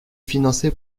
financé